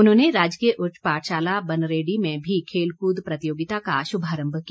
उन्होंने राजकीय उच्च पाठशाला बनरेडी में भी खेलकूद प्रतियोगिता का शुभारम्भ किया